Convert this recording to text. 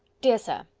dear sir,